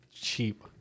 cheap